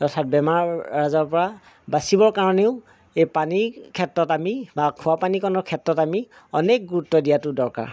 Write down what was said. তথা বেমাৰ আজাৰৰ পৰা বাচিবৰ কাৰণেও এই পানীৰ ক্ষেত্ৰত আমি বা খোৱা পানীকণৰ ক্ষেত্ৰত আমি অনেক গুৰুত্ব দিয়াটো দৰকাৰ